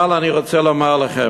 אבל אני רוצה לומר לכם,